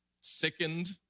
sickened